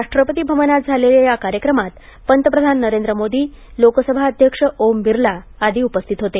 राष्ट्रपती भवनात झालेल्या या कार्यक्रमात पंतप्रधान नरेंद्र मोदी लोकसभा अध्यक्ष ओम बिर्ला आदी उपस्थित होते